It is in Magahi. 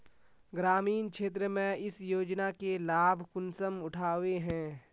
ग्रामीण क्षेत्र में इस योजना के लाभ कुंसम उठावे है?